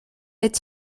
est